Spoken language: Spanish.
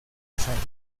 necesario